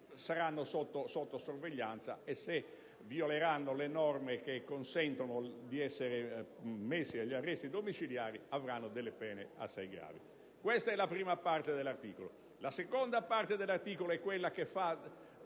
siano sotto sorveglianza e, se violeranno le norme che consentono di essere messi agli arresti domiciliari, abbiano delle pene assai gravi. Questa è la prima parte del disegno di legge. La seconda parte del disegno di legge è quella che fa